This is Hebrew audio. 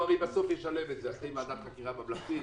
והרי בסוף הוא ישלם את זה אחרי ועדת חקירה ממלכתית,